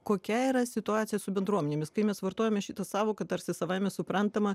kokia yra situacija su bendruomenėmis kai mes vartojame šitą sąvoka tarsi savaime suprantama